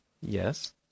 Yes